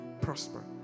Prosper